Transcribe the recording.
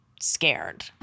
scared